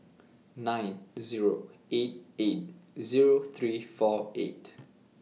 nine Zero eight eight Zero three four eight